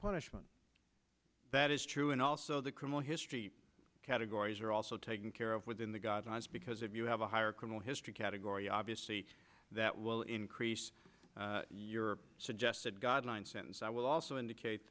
punishment that is true and also the criminal history categories are also taken care of within the guidelines because if you have a higher criminal history category obviously that will increase your suggested guideline sentence i will also indicate